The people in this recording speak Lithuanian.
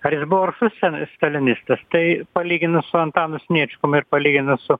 ar jis buvo aršus ten stalinistas tai palyginus su antanu sniečkum ir palyginus su